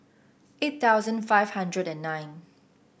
eight thousand five hundred and nine